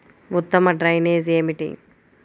ఉత్తమ డ్రైనేజ్ ఏమిటి?